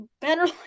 better